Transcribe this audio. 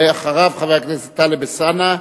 ואחריו, חבר הכנסת טלב אלסאנע,